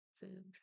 food